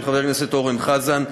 של חבר הכנסת אורן חזן,